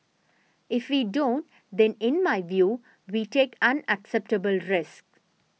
if we don't then in my view we take unacceptable risks